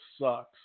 sucks